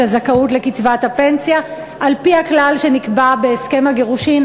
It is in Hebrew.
הזכאות לקצבת הפנסיה על-פי הכלל שנקבע בהסכם הגירושים.